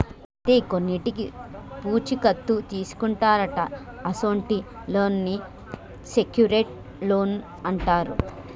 అయితే కొన్నింటికి పూచీ కత్తు తీసుకుంటారట అసొంటి లోన్లను సెక్యూర్ట్ లోన్లు అంటారు